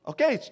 Okay